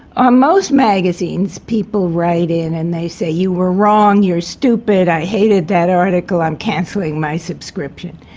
um most magazines, people write in and they say you were wrong, you're stupid, i hated that article, i'm cancelling my subscription.